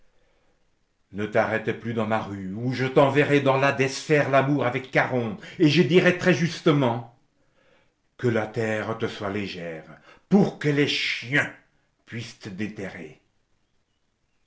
ne t'arrête plus dans ma rue ou je t'enverrai dans l'hadès faire l'amour avec kharôn et je dirai très justement que la terre te soit légère pour que les chiens puissent te déterrer